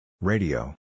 Radio